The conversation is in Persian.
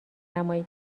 نمایی